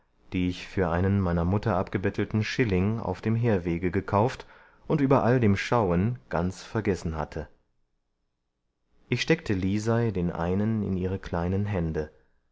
die ich für einen meiner mutter abgebettelten schilling auf dem herwege gekauft und über all dem schauen ganz vergessen hatte ich steckte lisei den einen in ihre kleinen hände